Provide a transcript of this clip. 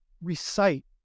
recite